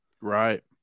Right